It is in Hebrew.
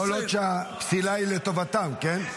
כל עוד הפסילה היא לטובתם, כן?